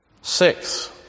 Six